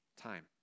time